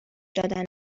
دادن